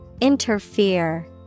Interfere